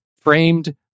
framed